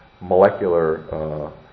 molecular